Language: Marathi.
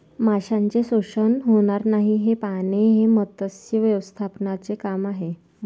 माशांचे शोषण होणार नाही हे पाहणे हे मत्स्य व्यवस्थापनाचे काम आहे